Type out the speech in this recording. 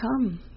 come